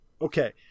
Okay